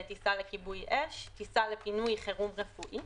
טיסה לכיבוי אש, כניסה לפינוי חירום רפואי,